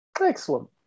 Excellent